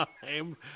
time